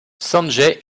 sanjay